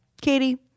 Katie